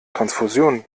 transfusionen